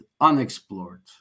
unexplored